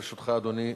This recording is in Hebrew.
לרשותך, אדוני,